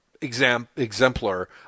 exemplar